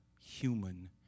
human